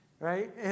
Right